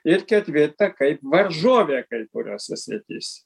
ir ketvirta kaip varžovė kai kuriose srityse